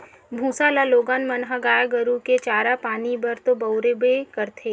भूसा ल लोगन मन ह गाय गरु के चारा पानी बर तो बउरबे करथे